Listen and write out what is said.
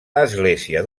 església